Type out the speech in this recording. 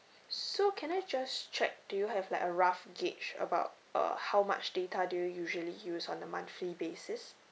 so can I just check do you have like a rough gauge about uh how much data do you usually use on a monthly basis